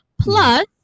Plus